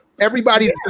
Everybody's